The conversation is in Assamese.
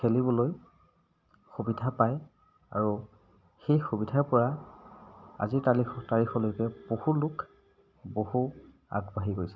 খেলিবলৈ সুবিধা পায় আৰু সেই সুবিধাৰ পৰা আজিৰ তাৰিখ তাৰিখলৈকে বহুলোক বহু আগবাঢ়ি গৈছে